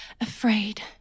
afraid